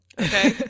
Okay